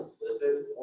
listed